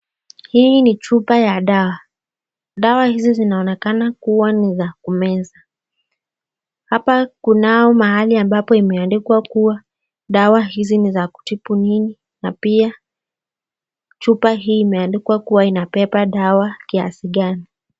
Hii ni chupa ya dawa. Dawa hizi zinaonekana kuwa ni za kumeza. Hapa kunao mahali ambapo imeandikwa kuwa dawa hizi ni za kutibu nini na pia chupa hii imeandikwa kuwa inabeba dawa kiasi gani.